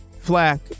Flack